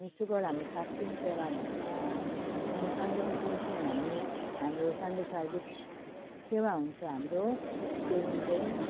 अनि शुक्रवार हामी फास्टिङ सेवा हुन्छ अनि सन्डेको दिन चाहिँ हामी हाम्रो सन्डे सर्भिस सेवा हुन्छ हाम्रो त्यो दिन चाहिँ